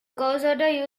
coushatta